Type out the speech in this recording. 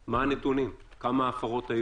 שתקבל את הנתונים מהמשטרה.